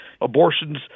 Abortions